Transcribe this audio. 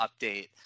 update